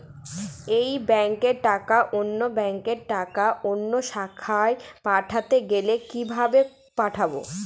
এক ব্যাংকের টাকা অন্য ব্যাংকের কোন অন্য শাখায় পাঠাতে গেলে কিভাবে পাঠাবো?